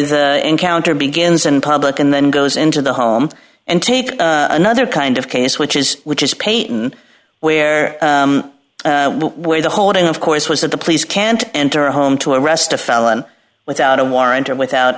the encounter begins in public and then goes into the home and take another kind of case which is which is payton where where the holding of course was that the police can't enter a home to arrest a felon without a warrant or without